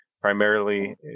Primarily